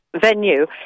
venue